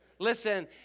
Listen